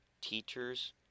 teachers